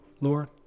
Lord